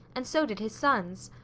and so did his sons.